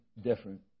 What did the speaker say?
different